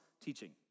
teaching